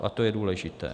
A to je důležité.